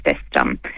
system